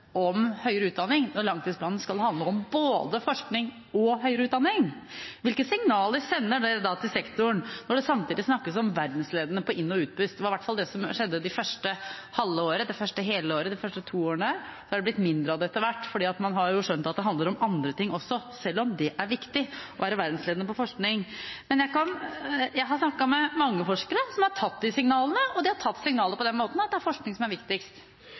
om høyere utdanning, når den skal handle om både forskning og høyere utdanning. Hvilke signaler sender det til sektoren når det samtidig snakkes om «verdensledende» på inn- og utpust? Det var i hvert fall det som skjedde det første halve året, det første hele året og de første to årene. Det har blitt mindre av det etter hvert, for man har skjønt at det også handler om andre ting, selv om det er viktig å være verdensledende på forskning. Jeg har snakket med mange forskere som har tatt signalene på den måten at det er forskning som er viktigst.